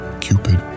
Cupid